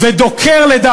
ודוקר למוות,